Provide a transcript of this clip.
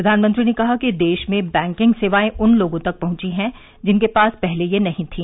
प्रधानमंत्री ने कहा कि देश में बैंकिंग सेवाएं उन लोगों तक पहुंची हैं जिनके पास पहले यह नहीं थी